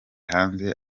hanze